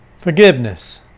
Forgiveness